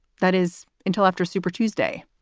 that is until after super tuesday.